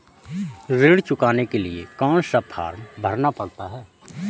ऋण चुकाने के लिए कौन सा फॉर्म भरना पड़ता है?